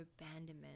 abandonment